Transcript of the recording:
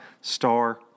Star